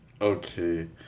Okay